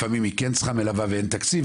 לפעמים היא כן צריכה מלווה ואין תקציב,